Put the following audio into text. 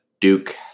Duke